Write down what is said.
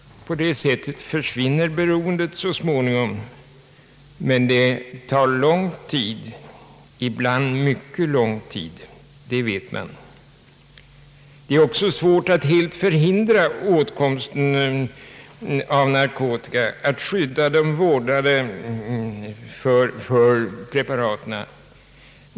På det sättet försvinner beroendet så småningom, men det tar lång tid, ibland mycket lång tid, det vet man. Det är också svårt att skydda de vårdade för preparaten och att förhindra åtkomsten av narkotika.